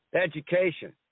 education